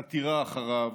חתירה אחריו,